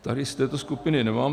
Tady z této skupiny nemám.